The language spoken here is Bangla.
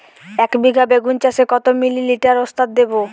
একবিঘা বেগুন চাষে কত মিলি লিটার ওস্তাদ দেবো?